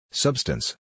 Substance